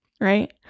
Right